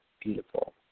Beautiful